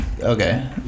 okay